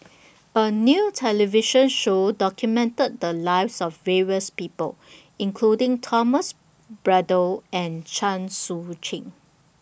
A New television Show documented The Lives of various People including Thomas Braddell and Chen Sucheng